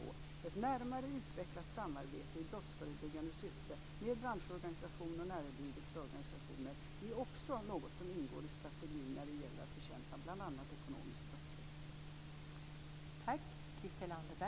Ett närmare utvecklat samarbete med branschorganisationer och näringslivets organisationer i brottsförebyggande syfte är också något som ingår i strategin för att bekämpa bl.a. ekonomisk brottslighet.